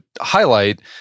highlight